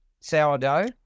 sourdough